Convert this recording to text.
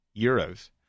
euros